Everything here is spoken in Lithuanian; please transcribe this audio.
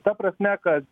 nu ta prasme kad